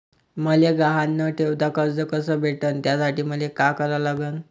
मले गहान न ठेवता कर्ज कस भेटन त्यासाठी मले का करा लागन?